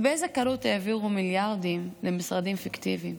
ובאיזה קלות העבירו מיליארדים למשרדים פיקטיביים?